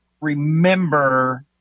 remember